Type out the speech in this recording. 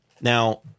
Now